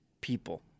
people